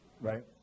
Right